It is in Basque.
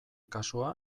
kasua